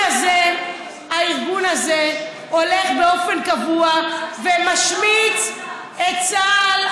הזה הולך באופן קבוע ומשמיץ את צה"ל,